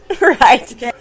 Right